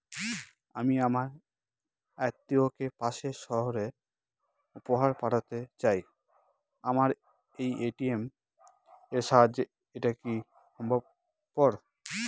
আমি আমার আত্মিয়কে পাশের সহরে উপহার পাঠাতে চাই আমার এ.টি.এম এর সাহায্যে এটাকি সম্ভবপর?